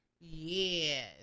Yes